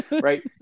right